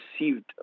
received